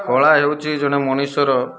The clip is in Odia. କଳା ହେଉଛି ଜଣେ ମଣିଷର